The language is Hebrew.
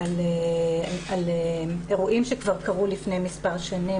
על אירועים שכבר קרו לפני מספר שנים